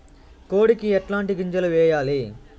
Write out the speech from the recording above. కోడికి ఎట్లాంటి గింజలు వేయాలి?